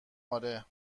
آره